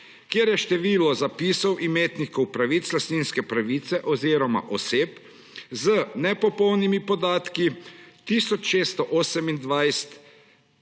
kjer je število zapisov imetnikov pravic lastninske pravice oziroma oseb z nepopolnimi podatki